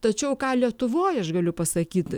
tačiau ką lietuvoj aš galiu pasakyt